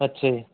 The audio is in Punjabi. ਅੱਛਾ ਜੀ